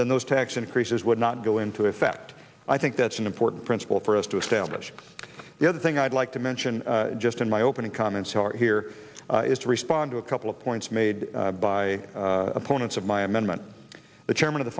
then those tax increases would not go into effect i think that's an important principle for us to establish the other thing i'd like to mention just in my opening comments are here is to respond to a couple of points made by opponents of my amendment the chairman of the